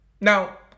Now